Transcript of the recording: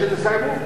כשתסיימו.